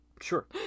Sure